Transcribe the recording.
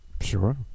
Sure